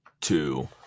two